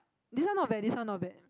this one not bad this one not bad